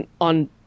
on